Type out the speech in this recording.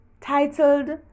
Titled